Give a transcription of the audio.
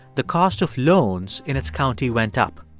the cost of loans in its county went up.